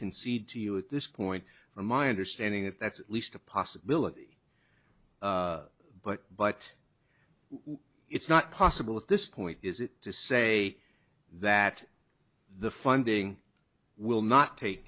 concede to you at this point from my understanding that that's at least a possibility but but it's not possible at this point is it to say that the funding will not take